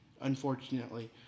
Unfortunately